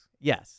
Yes